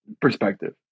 perspective